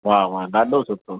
वाह वाह ॾाढो सुठो